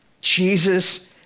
Jesus